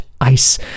Ice